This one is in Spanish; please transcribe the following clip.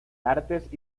artes